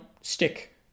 stick